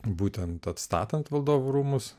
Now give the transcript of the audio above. būtent atstatant valdovų rūmus